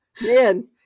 Man